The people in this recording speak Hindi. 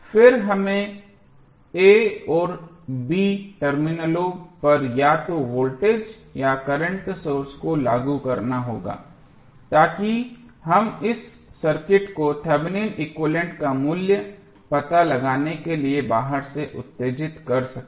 फिर हमें a और b टर्मिनलों पर या तो वोल्टेज या करंट सोर्स को लागू करना होगा ताकि हम इस सर्किट को थेवेनिन एक्विवैलेन्ट का मूल्य पता लगाने के लिए बाहर से उत्तेजित कर सकें